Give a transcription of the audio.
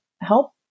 help